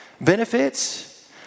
benefits